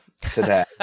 today